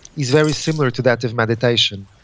is very similar to that of meditation.